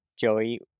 Joey